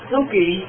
Suki